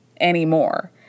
anymore